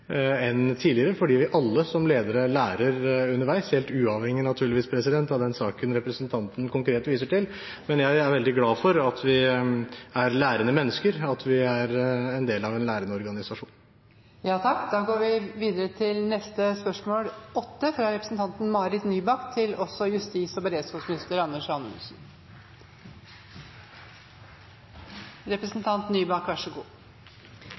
enn vi var tidligere, fordi vi alle som ledere lærer underveis, helt uavhengig, naturligvis, av den saken representanten konkret viser til. Jeg er veldig glad for at vi er lærende mennesker, og at vi er en del av en lærende organisasjon. Jeg har tillatt meg å stille følgende spørsmål til